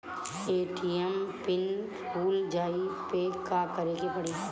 ATM pin भूल जाए पे का करे के पड़ी?